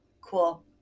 cool